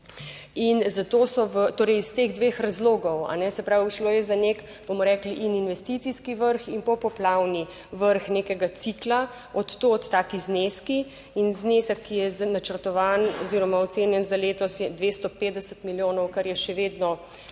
In zato so v, torej iz teh dveh razlogov, se pravi, šlo je za nek, bomo rekli in investicijski vrh in popoplavni vrh nekega cikla, od tod taki zneski. In znesek, ki je načrtovan oziroma ocenjen za letos, je 250 milijonov, kar je še vedno,